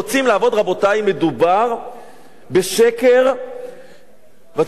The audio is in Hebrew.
רבותי, מדובר בשקר, ואתם יודעים מה?